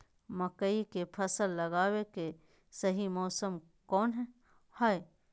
मकई के फसल लगावे के सही मौसम कौन हाय?